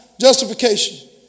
Justification